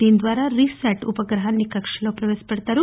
దీని ద్వారా రీశాట్ ఉపగ్రహాన్ని కక్ష్యలో ప్రవేశపెడుతారు